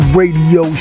radio